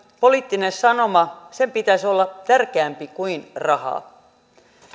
poliittisen sanoman pitäisi olla tärkeämpi kuin raha